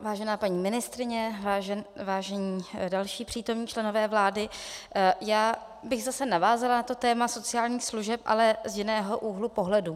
Vážená paní ministryně, vážení další přítomní členové vlády, já bych zase navázala na to téma sociálních služeb, ale z jiného úhlu pohledu.